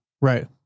Right